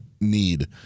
need